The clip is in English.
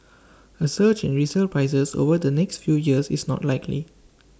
A surge in resale prices over the next few years is not likely